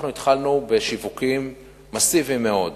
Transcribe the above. התחלנו בשיווקים מסיביים מאוד,